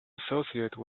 associate